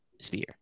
sphere